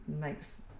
makes